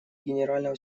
генерального